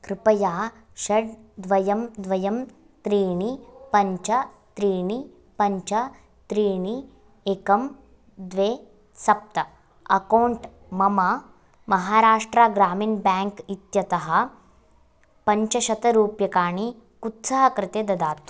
कृपया षट् द्वयं द्वयं त्रीणि पञ्च त्रीणि पञ्च त्रीणि एकम् द्वे सप्त अक्कौण्ट् मम महाराष्ट्रा ग्रामिण बेङ्क् इत्यतः पञ्चशतरूप्यकाणि कुत्सः कृते ददातु